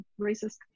racist